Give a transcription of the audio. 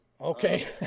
Okay